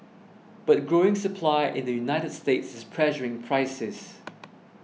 but growing supply in the United States is pressuring prices